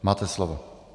Máte slovo.